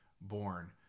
born